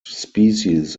species